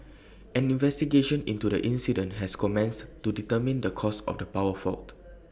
an investigation into the incident has commenced to determine the cause of the power fault